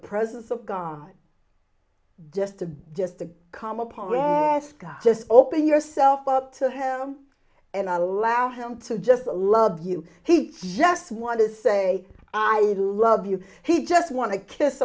presence of god just to just to come upon us god just open yourself up to him and allow him to just love you he just want to say i love you he just want to kiss